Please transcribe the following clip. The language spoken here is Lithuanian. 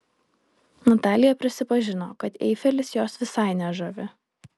natalija prisipažino kad eifelis jos visai nežavi